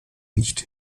nicht